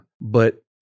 But-